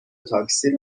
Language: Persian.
تاکسی